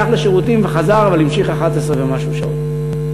הלך לשירותים וחזר, אבל המשיך, 11 ומשהו שעות.